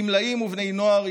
גמלאים ובני נוער,